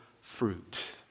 fruit